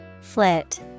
Flit